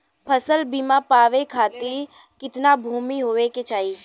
फ़सल बीमा पावे खाती कितना भूमि होवे के चाही?